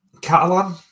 Catalan